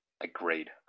agreed